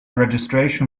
registration